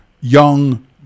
young